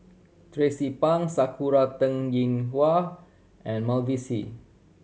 Tracie Pang Sakura Teng Ying Hua and Mavis Hee